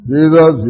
Jesus